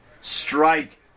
strike